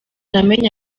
namenye